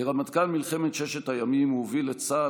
כרמטכ"ל מלחמת ששת הימים הוא הוביל את צה"ל